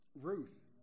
Ruth